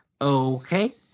Okay